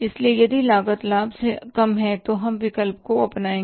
इसलिए यदि लागत लाभ से कम है तो हम विकल्प को अपनाएंगे